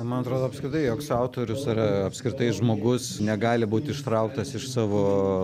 man atrodo apskritai joks autorius ar apskritai žmogus negali būt ištrauktas iš savo